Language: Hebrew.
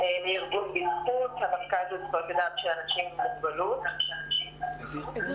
מאז שניתן צו בריאות העם --- אביבית,